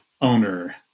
owner